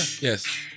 Yes